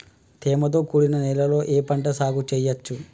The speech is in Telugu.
తేమతో కూడిన నేలలో ఏ పంట సాగు చేయచ్చు?